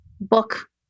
book